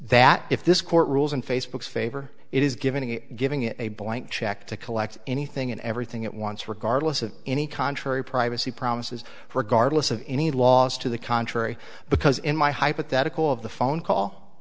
that if this court rules in facebook's favor it is giving giving it a blank check to collect anything and everything it wants regardless of any contrary privacy promises regardless of any laws to the contrary because in my hypothetical of the phone call